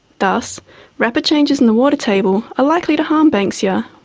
thus rapid changes in the water table are likely to harm banksia,